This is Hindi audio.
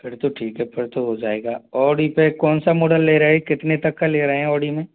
फिर तो ठीक है फिर तो हो जाएगा ऑडी पर कौन सा मॉडल ले रहे कितने तक का ले रहें ऑडी में